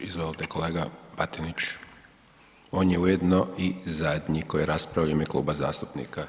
Izvolite kolega Batinić, on je ujedno i zadnji koji rasprava u ime kluba zastupnika.